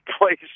place